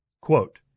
Quote